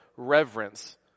reverence